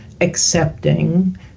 accepting